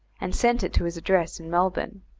and sent it to his address in melbourne.